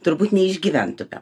turbūt neišgyventumėm